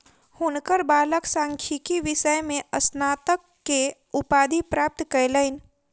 हुनकर बालक सांख्यिकी विषय में स्नातक के उपाधि प्राप्त कयलैन